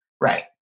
right